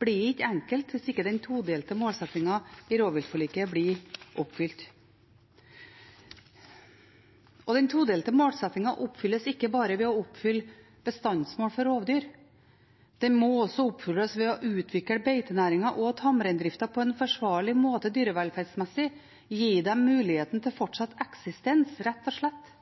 blir ikke enkle hvis ikke den todelte målsettingen i rovviltforliket blir oppfylt. Og den todelte målsettingen oppfylles ikke bare ved å oppfylle bestandsmål for rovdyr, den må også oppfylles ved å utvikle beitenæringen og tamreindriften på en forsvarlig måte dyrevelferdsmessig – gi dem muligheten til fortsatt eksistens, rett og slett,